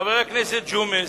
חבר הכנסת ג'ומס,